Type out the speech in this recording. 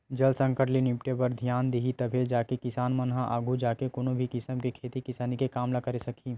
जल संकट ले निपटे बर धियान दिही तभे जाके किसान मन ह आघू जाके कोनो भी किसम के खेती किसानी के काम ल करे सकही